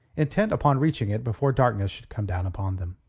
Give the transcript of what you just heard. intent upon reaching it before darkness should come down upon them.